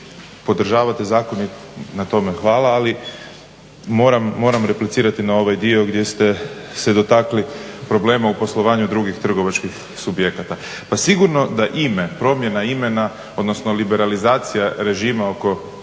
podržavate zakon i na tome hvala. Ali moram replicirati na ovaj dio gdje ste se dotakli problema u poslovanju drugih trgovačkih subjekata. Pa sigurno da ime, promjena imena, odnosno liberalizacija režima oko